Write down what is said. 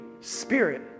Spirit